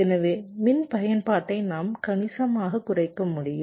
எனவே மின் பயன்பாட்டை நாம் கணிசமாகக் குறைக்க முடியும்